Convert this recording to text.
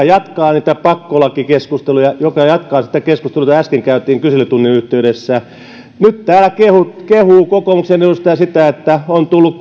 jatkaa niitä pakkolakikeskusteluja jatkaa sitä keskustelua jota äsken käytiin kyselytunnin yhteydessä nyt täällä kehuu kokoomuksen edustaja sitä että on tullut